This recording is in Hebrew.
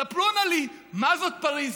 ספרו נא לי מה זאת פריז.